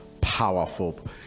powerful